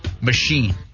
machine